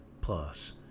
Plus